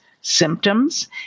symptoms